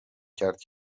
کرد